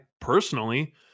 personally